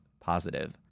positive